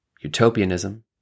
utopianism